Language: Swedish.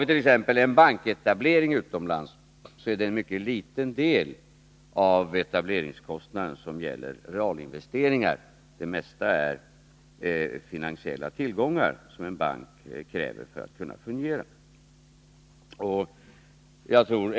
För t.ex. en banketablering utomlands är det en mycken liten andel av etableringskostnaden som gäller realinvesteringar. Det mesta gäller finansiella tillgångar som banken kräver för att kunna fungera.